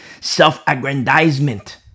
self-aggrandizement